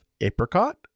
apricot